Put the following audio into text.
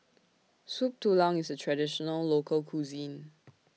Soup Tulang IS A Traditional Local Cuisine